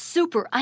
Super